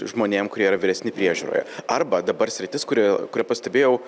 žmonėm kurie yra vyresni priežiūroje arba dabar sritis kurioje kuria pastebėjau